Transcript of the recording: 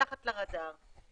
מתחת לרדאר.